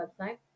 website